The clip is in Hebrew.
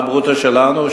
מה הברוטו שלנו?